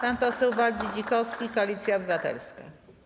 Pan poseł Waldy Dzikowski, Koalicja Obywatelska.